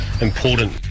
important